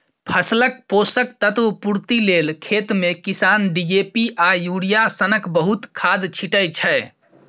फसलक पोषक तत्व पुर्ति लेल खेतमे किसान डी.ए.पी आ युरिया सनक बहुत खाद छीटय छै